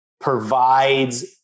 provides